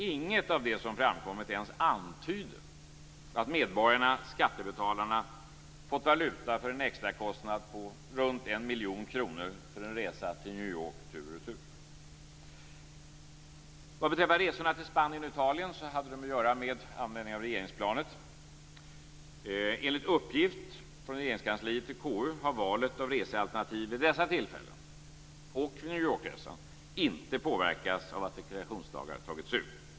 Inget av det som framkommit ens antyder att medborgarna, skattebetalarna, fått valuta för en extrakostnad på runt 1 miljon kronor för en resa till New York tur och retur. Vad beträffar resorna till Spanien och Italien hade de att göra med användning av regeringsplanet. Enligt uppgift från Regeringskansliet till KU har valet av resealternativ vid dessa tillfällen, och vid New Yorkresan, inte påverkats av att rekreationsdagar tagits ut.